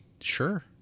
sure